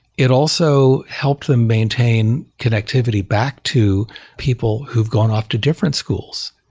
it also helped them maintain connectivity back to people who've gone off to different schools.